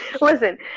Listen